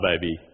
baby